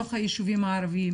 בתוך היישובים הערביים.